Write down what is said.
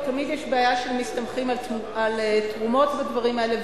ותמיד יש בעיה שמסתמכים על תרומות בדברים האלה,